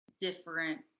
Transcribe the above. different